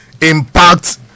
impact